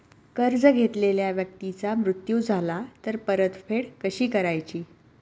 कर्ज घेतलेल्या व्यक्तीचा मृत्यू झाला तर परतफेड कशी करायची?